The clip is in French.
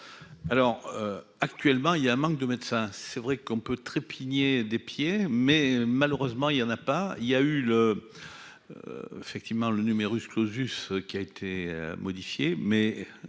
alors actuellement il y a un manque de médecins, c'est vrai qu'on peut trépigner des pieds, mais malheureusement il y en a pas, il y a eu le effectivement le numerus clausus, qui a été modifiée, mais